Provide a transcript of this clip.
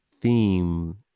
theme